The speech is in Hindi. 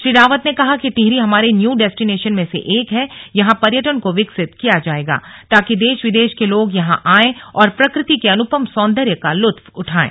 श्री रावत ने कहा कि टिहरी हमारे न्यू डेस्टिनेशन में से एक है यहां पर्यटन को विकसित किया जाएगा ताकि देश विदेश के लोग यहां आएं और प्रकृति के अनुपम सौंदर्य का लुत्फ उठाएं